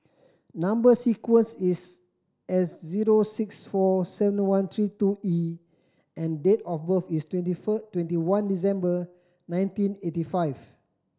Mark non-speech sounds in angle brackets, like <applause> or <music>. number sequence is S zero six four seven one three two E and date of birth is twenty <unintelligible> twenty one December nineteen eighty five